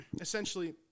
Essentially